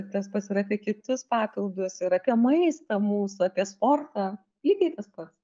tas pats ir apie kitus papildus ir apie maistą mūsų apie sportą lygiai tas pats